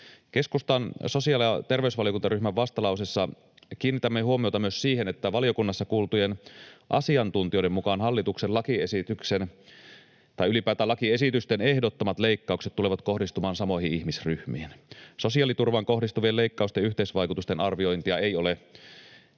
Keskustan sosiaali- ja terveysvaliokuntaryhmän vastalauseessa kiinnitämme huomiota myös siihen, että valiokunnassa kuultujen asiantuntijoiden mukaan ylipäätään hallituksen lakiesitysten ehdottamat leikkaukset tulevat kohdistumaan samoihin ihmisryhmiin. Sosiaaliturvaan kohdistuvien leikkausten yhteisvaikutusten arviointia ei ole